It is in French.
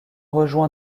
rejoints